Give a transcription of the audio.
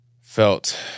felt